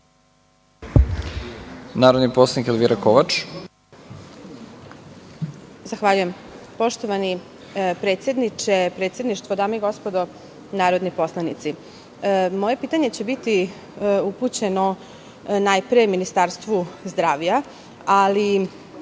narodni poslanik Elvira Kovač.